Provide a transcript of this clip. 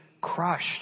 crushed